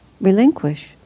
relinquish